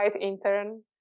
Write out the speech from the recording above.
intern